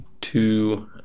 Two